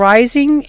Rising*